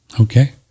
Okay